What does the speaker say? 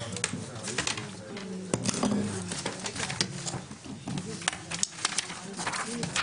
הישיבה ננעלה בשעה 12:25.